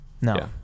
No